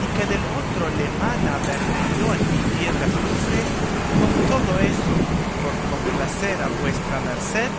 y que del otro le mana bermellón y piedra azufre con todo eso por complacer a vuestra merced